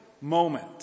moment